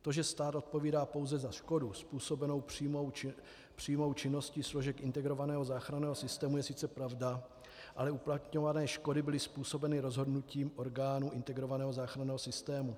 To, že stát odpovídá pouze za škodu způsobenou přímou činností složek integrovaného záchranného systému, je sice pravda, ale uplatňované škody byly způsobeny rozhodnutím orgánů integrovaného záchranného systému.